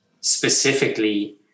specifically